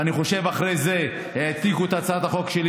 ואני חושב שאחרי זה העתיקו את הצעת החוק שלי,